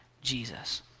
Jesus